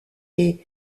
est